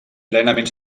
plenament